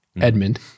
Edmund